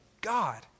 God